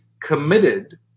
committed